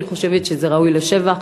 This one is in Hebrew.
אני חושבת שזה ראוי לשבח.